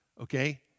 okay